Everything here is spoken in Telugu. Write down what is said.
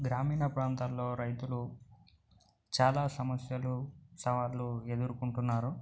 గ్రామీణ ప్రాంతాల్లో రైతులు చాలా సమస్యలు సవాళ్ళు ఎదురుకొంటున్నారు